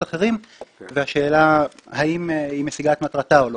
אחרים והשאלה האם היא משיגה את מטרתה או לא,